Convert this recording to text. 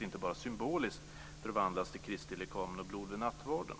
inte bara symboliskt förvandlas till Kristi lekamen och blod vid nattvarden.